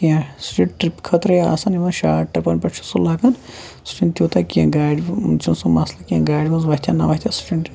کینٛہہ سُہ چھُ ٹرپ خٲطرے آسان یِمَن شارٹ ٹرپَن پیٚٹھ چھُ سُہ لَگان سُہ چھُ نہٕ تیوتاہ کینٛہہ گاڑِ چھُ نہٕ سُہ مَسلہٕ کینٛہہ گاڑِ مَنٛز وۄتھے نہ وۄتھے سُہ چھُ نہٕ ٹیٚنشَن